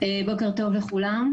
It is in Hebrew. בוקר טוב לכולם.